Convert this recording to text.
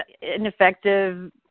ineffective